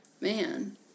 Man